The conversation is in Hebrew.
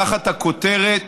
תחת הכותרת: